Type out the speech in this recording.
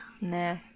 Nah